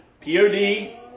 P-O-D